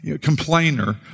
complainer